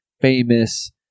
famous